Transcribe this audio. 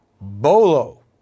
Bolo